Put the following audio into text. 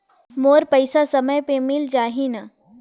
मोर पइसा समय पे मिल जाही न?